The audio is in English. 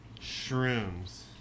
Shrooms